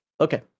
Okay